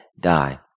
die